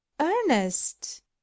Ernest